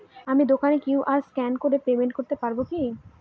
আমি দোকানে QR scan করে পেমেন্ট করতে পারবো কি?